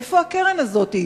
איפה הקרן הזאת?